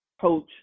coach